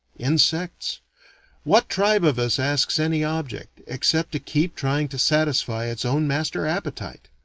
insects what tribe of us asks any object, except to keep trying to satisfy its own master appetite?